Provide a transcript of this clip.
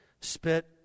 spit